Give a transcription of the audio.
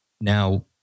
Now